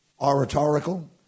oratorical